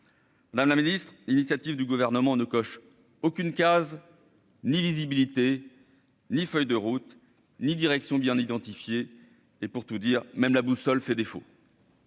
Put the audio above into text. Madame la Ministre, initiative du gouvernement ne coche aucune case ni visibilité ni feuille de route ni direction bien identifiés et pour tout dire, même la boussole fait défaut.